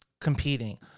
competing